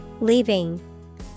Leaving